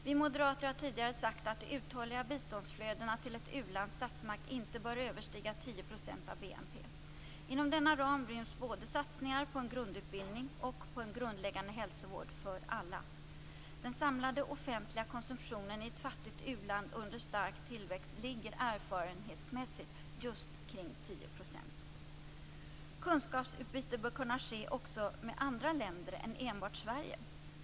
Vi moderater har tidigare sagt att de uthålliga biståndsflödena till ett u-lands statsmakt inte bör överstiga 10 % av BNP. Inom denna ram ryms både satsningar på en grundutbildning och på en grundläggande hälsovård för alla. Den samlade offentliga konsumtionen i ett fattigt u-land under stark tillväxt ligger erfarenhetsmässigt just kring 10 %. Kunskapsutbyte bör kunna ske också med andra länder än enbart Sverige.